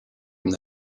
from